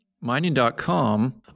mining.com